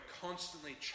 constantly